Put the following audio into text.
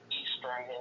eastern